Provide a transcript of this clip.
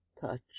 touch